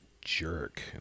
jerk